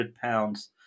pounds